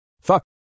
Fuck